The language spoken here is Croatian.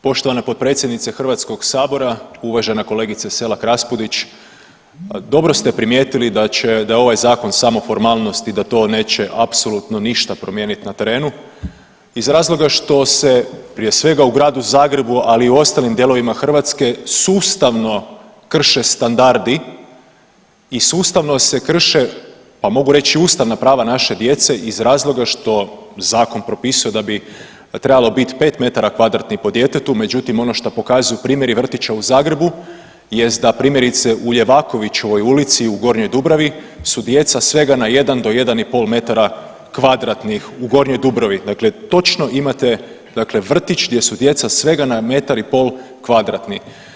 Poštovana potpredsjednice HS, uvažena kolegice Selak Raspudić, dobro ste primijetili da će, da je ovaj zakon samo formalnost i da to neće apsolutno ništa promijenit na terenu iz razloga što se prije svega u Gradu Zagrebu, ali i u ostalim dijelovima Hrvatske sustavno krše standardi i sustavno se krše pa mogu reći i ustavna prava naše djece iz razloga što zakon propisuje da bi trebalo bit 5 m2 po djetetu, međutim ono šta pokazuju primjeri vrtića u Zagrebu jest primjerice da Ljevakovićevoj ulici u Gornjoj Dubravi su djeca svega na 1 do 1,5 m2 u Gornjoj Dubravi, dakle točno imate dakle vrtić gdje su djeca svega na metar i pol kvadratni.